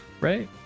right